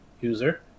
user